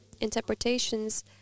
interpretations